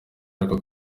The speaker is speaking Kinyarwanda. ariko